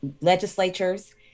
legislatures